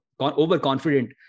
overconfident